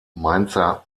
mainzer